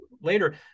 later